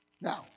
Now